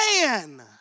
man